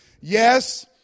Yes